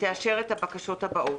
תאשר את הבקשות הבאות: